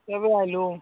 କେବେ ଆସିଲୁ